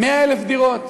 100,000 דירות.